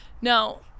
No